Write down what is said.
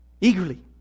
Eagerly